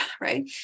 right